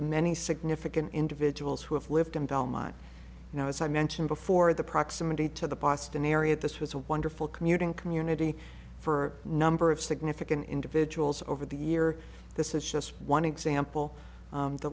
the many significant individuals who have lived in belmont you know as i mentioned before the proximity to the boston area this was a wonderful commuting community for number of significant individuals over the year this is just one example